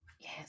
Yes